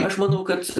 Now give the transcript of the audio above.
aš manau kad